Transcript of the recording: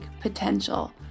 potential